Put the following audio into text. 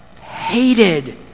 hated